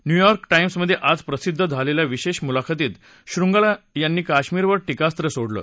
New York टाॅम्समधे आज प्रसिद्ध झालेल्या विशेष मुलाखतीत श्रृंगला यांनी कश्मीरवर टीकास्त्र सोडलं